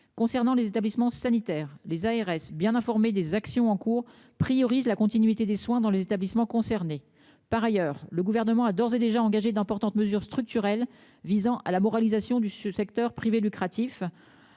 Concernant les établissements sanitaires, les ARS bien informés des actions en cours priorisent la continuité des soins dans les établissements concernés. Par ailleurs, le gouvernement a d'ores et déjà engagé d'importantes mesures structurelles visant à la moralisation du secteur privé lucratif.